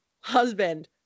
husband